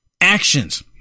actions